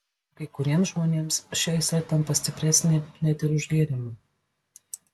kai kuriems žmonėms ši aistra tampa stipresnė net ir už gėrimą